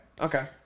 Okay